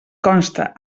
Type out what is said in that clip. consta